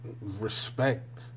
respect